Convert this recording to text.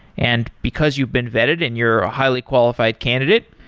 and because you've been vetted and you're a highly qualified candidate,